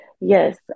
Yes